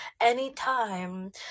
anytime